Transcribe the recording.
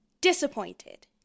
Disappointed